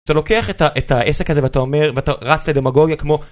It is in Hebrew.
אתה לוקח את ה את העסק הזה ואתה אומר ואתה רץ לדמוגוגיה כמו.